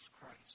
Christ